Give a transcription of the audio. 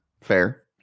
fair